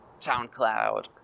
SoundCloud